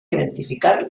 identificar